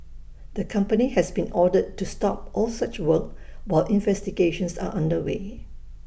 the company has been ordered to stop all such work while investigations are under way